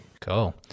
Cool